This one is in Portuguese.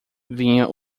vinha